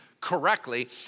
correctly